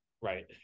right